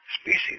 species